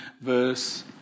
verse